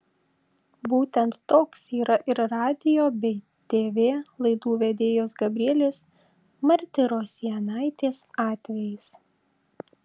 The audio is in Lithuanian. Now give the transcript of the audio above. būtent toks yra ir radijo bei tv laidų vedėjos gabrielės martirosianaitės atvejis